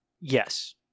Yes